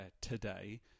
today